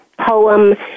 poem